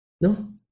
no